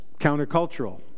countercultural